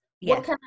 yes